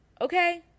Okay